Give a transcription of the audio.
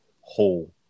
whole